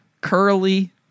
curly